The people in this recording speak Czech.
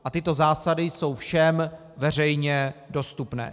A tyto zásady jsou všem veřejně dostupné.